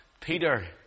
Peter